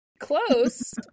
Close